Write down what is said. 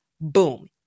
Boom